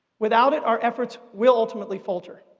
without it, our efforts will ultimately falter,